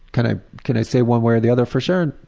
kind of can i say one way or the other for sure?